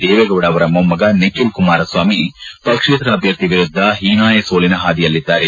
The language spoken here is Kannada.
ದೇವೇಗೌಡ ಅವರ ಮೊಮ್ಗ ನಿಖಿಲ್ ಕುಮಾರಸ್ವಾಮಿ ಪಕ್ಷೇತರ ಅಭ್ವರ್ಥಿ ವಿರುದ್ದ ಹೀನಾಯ ಸೋಲಿನ ಹಾದಿಯಲ್ಲಿದ್ದಾರೆ